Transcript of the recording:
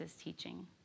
teaching